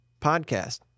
podcast